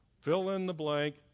fill-in-the-blank